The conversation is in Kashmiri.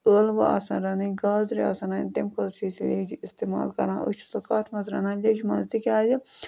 ٲلوٕ آسَن رَنٕنۍ گازرِ آسَن تَمہِ خٲطرٕ چھِ أسۍ لیٚجہِ اِستعمال کران أسۍ چھِ سُہ کَتھ منٛز رَنان لیٚجہِ منٛز تِکیٛازِ